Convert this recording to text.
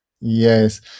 yes